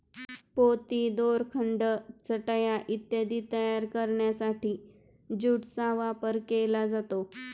पोती, दोरखंड, चटया इत्यादी तयार करण्यासाठी ज्यूटचा वापर केला जातो